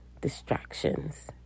distractions